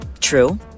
True